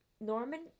Norman